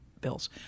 bills